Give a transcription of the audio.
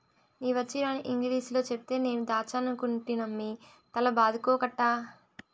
నీ వచ్చీరాని ఇంగిలీసులో చెప్తే నేను దాచ్చనుకుంటినమ్మి తల బాదుకోకట్టా